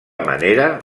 manera